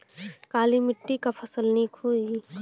काली मिट्टी क फसल नीक होई?